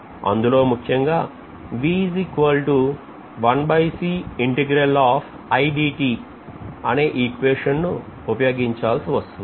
అందులో ముఖ్యంగా అనే ఈక్వేషన్ ఉపయోగించాల్సి వస్తుంది